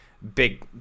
big